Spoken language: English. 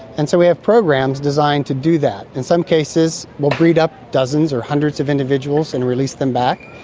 and so we have programs designed to do that. in some cases we'll breed up dozens or hundreds of individuals and release them back.